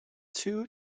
two